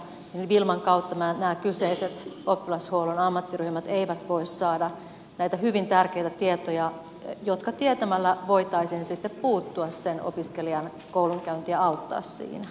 wilman kautta nämä kyseiset oppilashuollon ammattiryhmät eivät voi saada näitä hyvin tärkeitä tietoja jotka tietämällä voitaisiin sitten puuttua sen opiskelijan koulunkäyntiin ja auttaa siinä